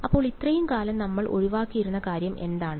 അപ്പോൾ ഇത്രയും കാലം നമ്മൾ ഒഴിവാക്കിയിരുന്ന കാര്യം എന്താണ്